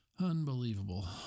Unbelievable